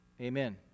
Amen